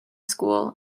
school